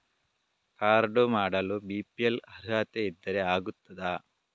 Card ಮಾಡಲು BPL ಅರ್ಹತೆ ಇದ್ದರೆ ಆಗುತ್ತದ?